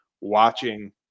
watching